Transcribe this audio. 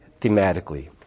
thematically